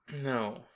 No